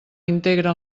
integra